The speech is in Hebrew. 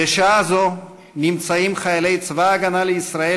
בשעה זאת נמצאים חיילי צבא הגנה לישראל